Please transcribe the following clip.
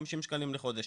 חמישים שקלים לחודש,